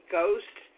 Ghost